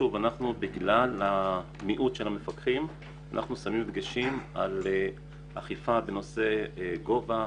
בגלל מיעוט המפקחים אנחנו שמים דגש על אכיפה בנושא גובה,